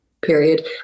period